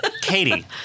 Katie